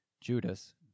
Judas